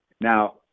Now